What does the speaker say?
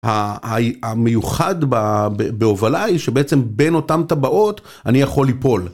המיוחד בהובלה היא שבעצם בין אותם טבעות אני יכול ליפול.